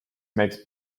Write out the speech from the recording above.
makes